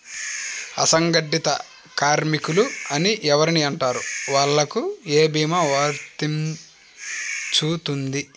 అసంగటిత కార్మికులు అని ఎవరిని అంటారు? వాళ్లకు ఏ భీమా వర్తించుతుంది?